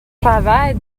travaille